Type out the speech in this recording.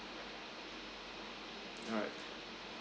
alright